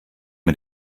mit